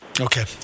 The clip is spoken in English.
Okay